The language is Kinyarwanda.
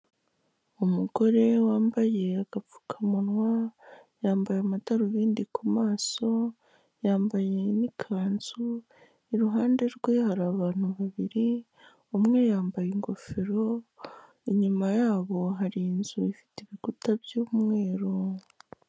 Umugore wambaye agapfukamunwa, yambaye amadarubindi ku maso, yambaye n'ikanzu, iruhande rwe hari abantu babiri, umwe yambaye ingofero, inyuma yabo hari inzu ifite ibikuta by'umweru.